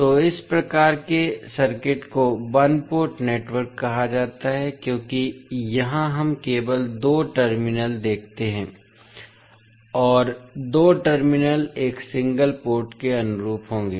तो इस प्रकार के सर्किट को वन पोर्ट नेटवर्क कहा जाता है क्योंकि यहां हम केवल दो टर्मिनल देखते हैं और दो टर्मिनल एक सिंगल पोर्ट के अनुरूप होंगे